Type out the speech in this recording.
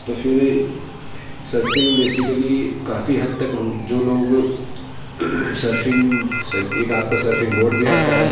تو پھر surfing basically کافی حد تک ہم جو لوگ سرفنگ ایک آپ کا سرفنگ بوڈ بھی آتا ہے